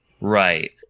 right